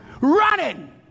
Running